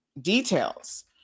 details